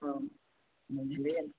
ओ बुझलियै